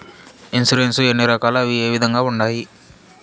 insurance ఎన్ని రకాలు అవి ఏ విధంగా ఉండాయి